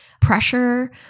pressure